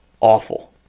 awful